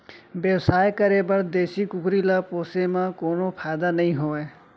बेवसाय करे बर देसी कुकरी ल पोसे म कोनो फायदा नइ होवय